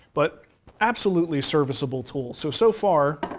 but absolutely serviceable tool. so, so far,